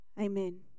Amen